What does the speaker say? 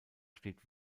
steht